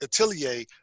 atelier